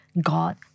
God